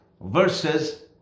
verses